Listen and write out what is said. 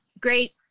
great